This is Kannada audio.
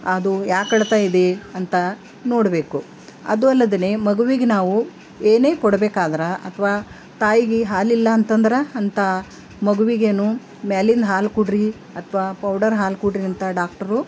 ಅದು ಯಾಕೆ ಅಳ್ತಾಯಿದೆ ಅಂತ ನೋಡಬೇಕು ಅದು ಅಲ್ಲದೇನೆ ಮಗುವಿಗೆ ನಾವು ಏನೇ ಕೊಡಬೇಕಾದರೆ ಅಥವಾ ತಾಯಿಗೆ ಹಾಲಿಲ್ಲ ಅಂತಂದ್ರೆ ಅಂತ ಮಗುವಿಗೇನು ಮೇಲಿನ ಹಾಲು ಕೊಡ್ರಿ ಅಥವಾ ಪೌಡರ್ ಹಾಲು ಕೊಡ್ರಿ ಅಂತ ಡಾಕ್ಟರು